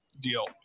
deal